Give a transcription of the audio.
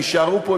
הם יישארו פה,